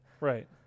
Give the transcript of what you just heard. Right